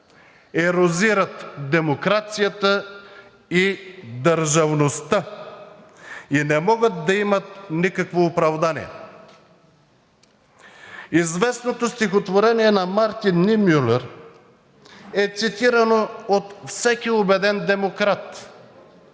ерозират демокрацията и държавността и не могат да имат никакво оправдание. Известното стихотворение на Мартин Нимюлер е цитирано от всеки убеден демократ.